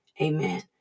Amen